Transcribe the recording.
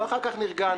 אבל אחר כך נרגענו.